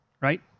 right